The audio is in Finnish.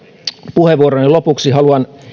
puheenvuoroni lopuksi haluan